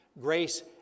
Grace